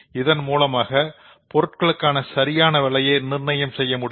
இதன் மூலம் பொருளுக்கான சரியான விலையை நிர்ணயம் செய்ய முடியும்